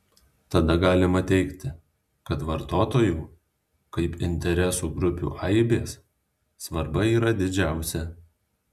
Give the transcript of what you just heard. tada galima teigti kad vartotojų kaip interesų grupių aibės svarba yra didžiausia